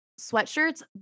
sweatshirts